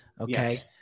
Okay